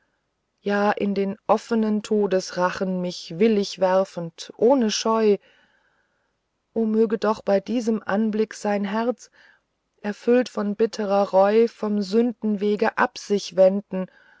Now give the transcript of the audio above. ja in den offenen todesrachen mich willig werfe ohne scheu o möge doch bei diesem anblick sein herz erfüllt von bittrer reu vom sündenwege ab sich wenden